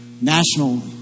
national